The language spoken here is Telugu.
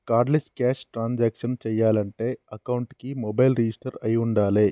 కార్డులెస్ క్యాష్ ట్రాన్సాక్షన్స్ చెయ్యాలంటే అకౌంట్కి మొబైల్ రిజిస్టర్ అయ్యి వుండాలే